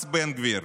מס בן גביר,